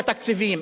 בתקציבים,